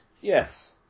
Yes